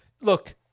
look